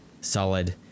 solid